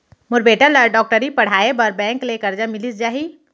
मोर बेटा ल डॉक्टरी पढ़ाये बर का बैंक ले करजा मिलिस जाही?